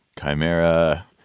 Chimera